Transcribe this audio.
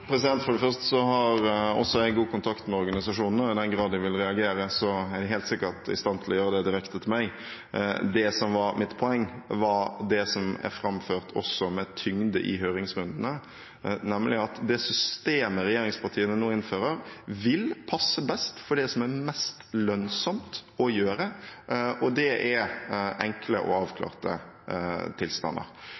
kontakt med organisasjonene, og i den grad de vil reagere, er de helt sikkert i stand til å gjøre det direkte til meg. Det som var mitt poeng, var det som er framført også med tyngde i høringsrundene, nemlig at det systemet regjeringspartiene nå innfører, vil passe best for det som er mest lønnsomt å gjøre, og det er enkle og avklarte tilstander.